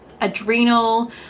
adrenal